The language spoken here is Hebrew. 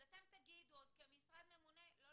אז אתם כמשרד ממונה תגידו: לא,